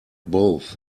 both